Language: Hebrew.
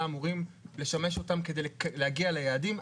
אמורים לשמש אותם כדי להגיע ליעדים.